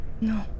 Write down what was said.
No